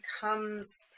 becomes